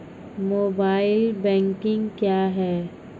Mobile banking क्या हैं?